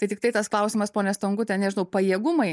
tai tiktai tas klausimas ponia stonkute nežinau pajėgumai